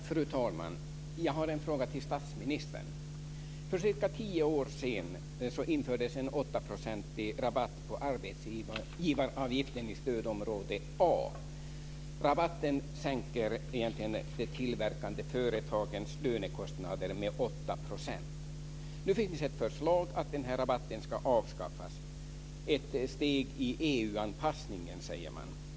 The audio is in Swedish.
Fru talman! Jag har en fråga till statsministern. För cirka tio år sedan infördes en 8-procentig rabatt på arbetsgivaravgiften i stödområde A. Rabatten sänker de tillverkande företagens lönekostnader med 8 %. Nu finns det ett förslag att denna rabatt ska avskaffas. Man säger att det är ett steg i EU anpassningen.